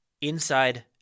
inside